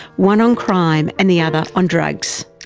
one on crime and the other on drugs.